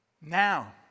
Now